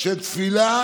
התפילה